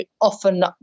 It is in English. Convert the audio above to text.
often